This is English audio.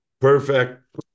perfect